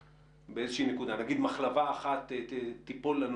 כלומר נניח שמחלבה אחת גדולה תיפול לנו